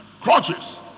crutches